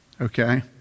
Okay